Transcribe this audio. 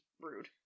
rude